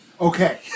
Okay